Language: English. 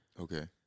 Okay